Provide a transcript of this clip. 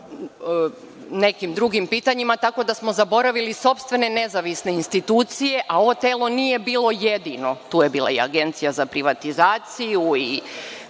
nekim drugim pitanjima, tako da smo zaboravili sopstvene nezavisne institucije, a ovo telo nije bilo jedino. Tu je bila i Agencija za privatizaciju i